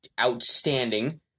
outstanding